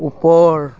ওপৰ